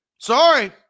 Sorry